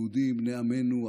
יהודים בני עמנו,